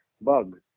bug